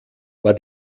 war